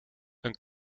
een